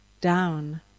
down